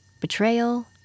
betrayal